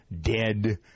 dead